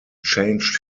changed